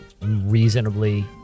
reasonably